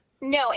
No